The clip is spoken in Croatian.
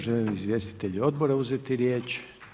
Žele li izvjestitelji odbora uzeti riječ?